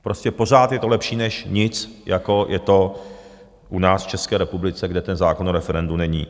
Prostě pořád je to lepší než nic, jako je to u nás v České republice, kde zákon o referendu není.